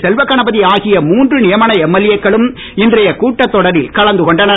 செல்வகணபதி ஆகிய மூன்று நியமன எம்எல்ஏக்களும் இன்றய கூட்டத் தொடரில் கலந்து கொண்டனர்